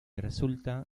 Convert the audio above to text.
resulta